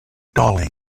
darling